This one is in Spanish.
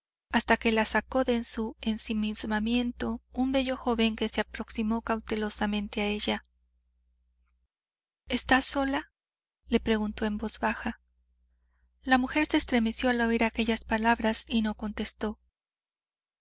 hasta que la sacó de su ensimismamiento un bello joven que se aproximó cautelosamente a ella estás sola le preguntó en voz baja la mujer se estremeció al oír aquellas palabras y no contestó